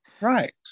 Right